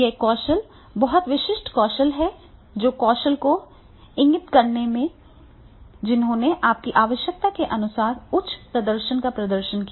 ये कौशल बहुत विशिष्ट कौशल हैं जो कौशल को इंगित करते हैं जिन्होंने आपकी आवश्यकता के अनुसार उच्च प्रदर्शन का प्रदर्शन किया